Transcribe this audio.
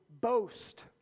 boast